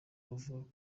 bavuga